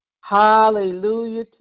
Hallelujah